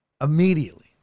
Immediately